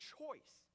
choice